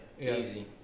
Easy